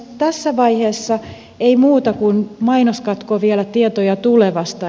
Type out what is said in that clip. tässä vaiheessa ei muuta kuin mainoskatko vielä tietoja tulevasta